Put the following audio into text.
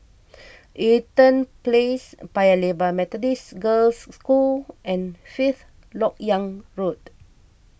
Eaton Place Paya Lebar Methodist Girls' School and Fifth Lok Yang Road